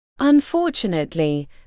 Unfortunately